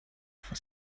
for